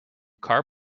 car